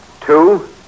two